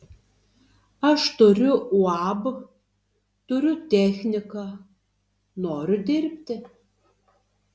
aš turiu uab turiu techniką noriu dirbti